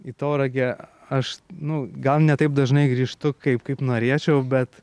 į tauragę aš nu gal ne taip dažnai grįžtu kaip kaip norėčiau bet